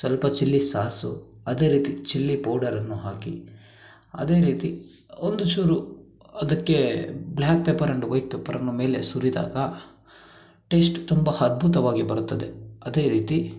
ಸ್ವಲ್ಪ chilli sauce ಅದೇ ರೀತಿ ಚಿಲ್ಲಿ ಪೌಡರನ್ನು ಹಾಕಿ ಅದೇ ರೀತಿ ಒಂದು ಚೂರು ಅದಕ್ಕೆ ಬ್ಲ್ಯಾಕ್ ಪೆಪ್ಪರ್ ಆ್ಯಂಡ್ ವೈಟ್ ಪೆಪ್ಪರನ್ನು ಮೇಲೆ ಸುರಿದಾಗ ಟೇಸ್ಟ್ ತುಂಬ ಅದ್ಭುತವಾಗಿ ಬರುತ್ತದೆ ಅದೇ ರೀತಿ